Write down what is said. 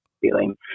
feeling